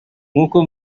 nk’uko